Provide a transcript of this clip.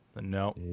no